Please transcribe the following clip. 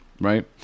right